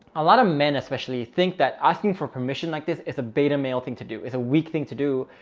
a lot of men especially think that asking for permission, like this is a beta male thing to do is a weak thing to do.